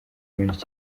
menshi